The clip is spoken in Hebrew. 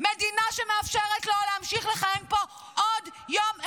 מדינה שמאפשרת לו להמשיך לכהן פה עוד יום אחד,